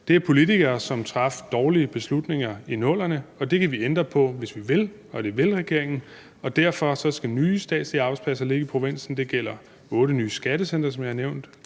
Det var politikere, som traf dårlige beslutninger i 00'erne. Det kan vi ændre på, hvis vi vil, og det vil regeringen. Derfor skal nye statslige arbejdspladser ligge i provinsen. Det gælder 8 nye skattecentre, som jeg har nævnt,